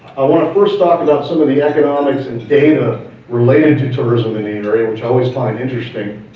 i wanna first talk about some of the economics and data related to tourism in anery, which i always find interesting,